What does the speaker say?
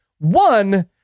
One